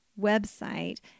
website